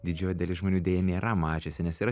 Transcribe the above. didžioji dalis žmonių deja nėra mačiusi nes yra